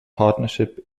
partnership